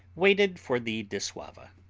waited for the dissauva.